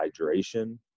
hydration